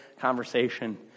conversation